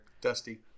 Dusty